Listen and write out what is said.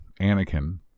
Anakin